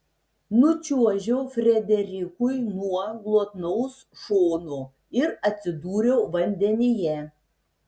nučiuožiau frederikui nuo glotnaus šono ir atsidūriau vandenyje